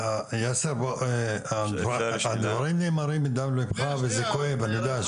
יאסר, הדברים נאמרים מדם ליבך וזה כואב, אני יודע.